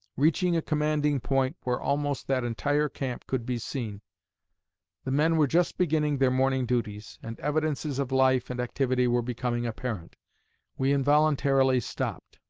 reaching a commanding point where almost that entire camp could be seen the men were just beginning their morning duties, and evidences of life and activity were becoming apparent we involuntarily stopped.